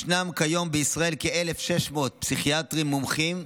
ישנם כיום בישראל כ-1,600 פסיכיאטרים מומחים,